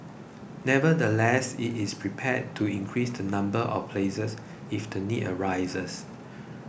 nevertheless it is prepared to increase the number of places if the need arises